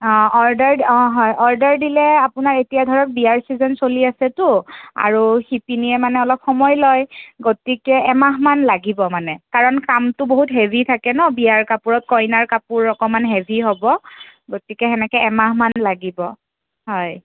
অঁ অৰ্ডাৰ অঁ হয় অৰ্ডাৰ দিলে আপোনাৰ এতিয়া ধৰক বিয়াৰ ছিজন চলি আছেতো আৰু শিপিনীয়ে মানে অলপ সময় লয় গতিকে এমাহমান লাগিব মানে কাৰণ কামটো বহুত হেভি থাকে ন বিয়াৰ কাপোৰত কইনাৰ কাপোৰত অকণমান হেভি হ'ব গতিকে সেনেকৈ এমাহমান লাগিব হয়